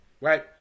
Right